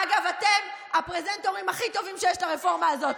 אגב, אתם הפרזנטורים הכי טובים שיש לרפורמה הזאת.